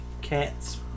cats